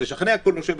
לשכנע את הנושא,